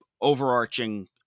overarching